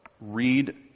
read